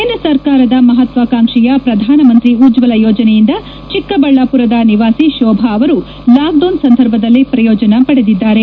ಕೇಂದ್ರ ಸರ್ಕಾದ ಮಹತ್ವಾಕಾಂಕ್ಷೆಯ ಶ್ರಧಾನಮಂತ್ರಿ ಉಜ್ವಲ ಯೋಜನೆಯಿಂದ ಚಿಕ್ಕಬಳ್ಳಾಪುರದ ನಿವಾಸಿ ಶೋಭಾ ಅವರು ಲಾಕ್ಡೌನ್ ಸಂದರ್ಭದಲ್ಲಿ ಪ್ರಯೋಜನ ಪಡೆದಿದ್ದಾರೆ